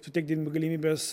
suteikti galimybes